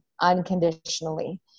unconditionally